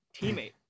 teammate